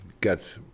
get